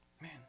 Man